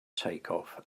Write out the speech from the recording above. takeoff